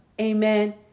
Amen